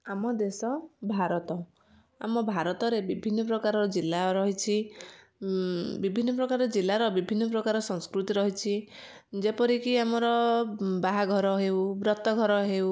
ଆମ ଦେଶ ଭାରତ ଆମ ଭାରତରେ ବିଭିନ୍ନ ପ୍ରକାର ଜିଲ୍ଲା ରହିଛି ବିଭିନ୍ନ ପ୍ରକାର ଜିଲ୍ଲାର ବିଭିନ୍ନ ପ୍ରକାର ସଂସ୍କୃତି ରହିଛି ଯେପରିକି ଆମର ବାହାଘର ହେଉ ବ୍ରତଘର ହେଉ